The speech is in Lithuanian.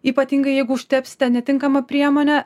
ypatingai jeigu užtepsite netinkamą priemonę